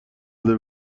زده